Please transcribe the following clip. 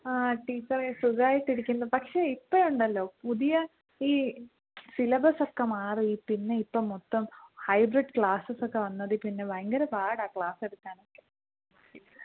ആ ടീച്ചറേ സുഖമായിട്ടിരിക്കുന്നു പക്ഷേ ഇപ്പം ഉണ്ടല്ലോ പുതിയ ഈ സിലബസ് ഒക്കെ മാറി പിന്നെ ഇപ്പം മൊത്തം ഹൈബ്രിഡ് ക്ലാസസ് ഒക്കെ വന്നതിൽ പിന്നെ ഭയങ്കര പാടാണ് ക്ലാസ് എടുക്കാനൊക്കെ